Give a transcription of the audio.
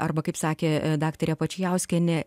arba kaip sakė daktarė pačijauskienė